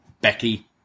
becky